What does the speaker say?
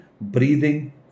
Breathing